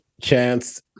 Chance